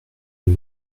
les